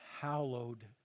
hallowed